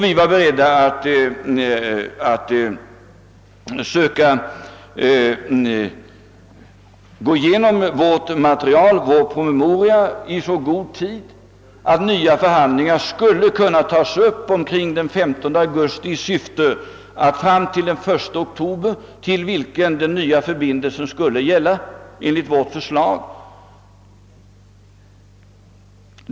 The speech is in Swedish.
Vi var beredda att gå igenom materialet i vår promemoria i så god tid, att nya förhandlingar skulle kunna tas upp omkring den 15 augusti i syfte att klara svårigheterna fram till den 1 oktober, till vilket datum den nya förbindelsen enligt vårt förslag skulle gälla.